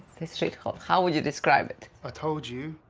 this shit hole. how would you describe it? i told you,